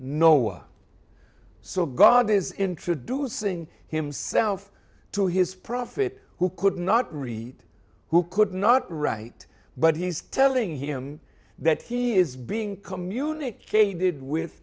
no so god is introducing himself to his prophet who could not read who could not write but he's telling him that he is being communicated with